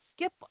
Skip